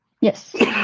Yes